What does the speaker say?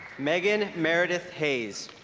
megan merideth hayes